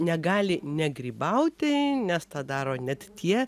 negali negrybauti nes tą daro net tie